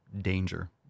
danger